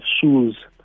shoes